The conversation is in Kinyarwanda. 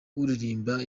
uririmba